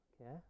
Okay